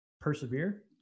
persevere